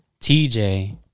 TJ